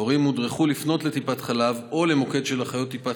ההורים הודרכו לפנות לטיפת חלב או למוקד של אחיות טיפת